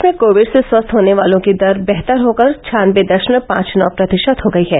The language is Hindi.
देश में कोविड से स्वस्थ होने वालों की दर बेहतर होकर छानबे दशमलव पांच नौ प्रतिशत हो गई है